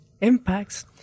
impacts